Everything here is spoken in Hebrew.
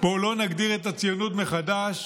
"בואו לא נגדיר את הציונות מחדש,